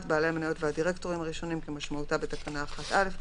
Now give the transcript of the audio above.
בעלי המניות והדירקטורים הראשונים כמשמעותה בתקנה 1(א),